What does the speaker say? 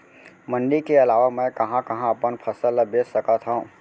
मण्डी के अलावा मैं कहाँ कहाँ अपन फसल ला बेच सकत हँव?